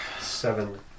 Seven